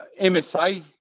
MSA